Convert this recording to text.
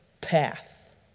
path